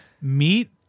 meet